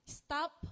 stop